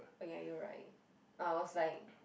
oh ya you're right I was like